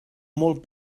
molt